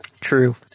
True